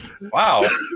Wow